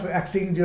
acting